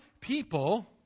people